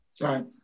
right